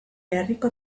herriko